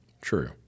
True